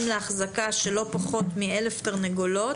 להחזקה של לא פחות מ-1,000 תרנגולות".